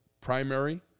primary